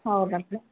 ಹೌದು ಅಲ್ಲರಿ